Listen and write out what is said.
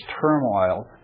turmoil